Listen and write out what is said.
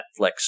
Netflix